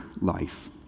life